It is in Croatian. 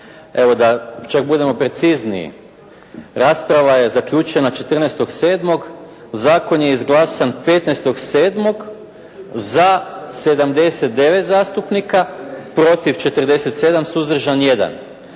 Evo da čak budemo precizniji, rasprava je zaključena 14. sedmog, zakon je izglasan 15. sedmog za 79 zastupnika, protiv 47, suzdržan 1.